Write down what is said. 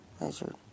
Measured